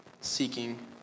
seeking